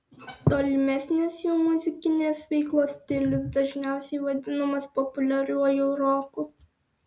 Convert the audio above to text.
tolimesnės jų muzikinės veiklos stilius dažniausiai vadinamas populiariuoju roku